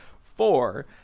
four